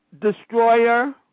destroyer